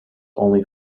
only